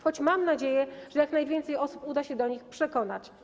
Choć mam nadzieję, że jak najwięcej osób uda się do nich przekonać.